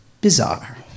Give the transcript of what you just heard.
bizarre